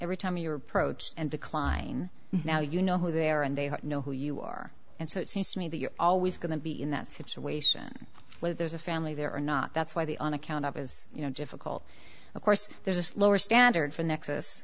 every time you're approach and decline now you know who they are and they know who you are and so it seems to me that you're always going to be in that situation where there's a family there or not that's why the on account of is you know difficult of course there's a lower standard for nex